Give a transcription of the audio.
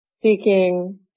Seeking